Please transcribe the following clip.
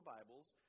Bibles